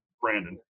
Brandon